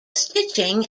stitching